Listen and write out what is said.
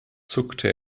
zuckte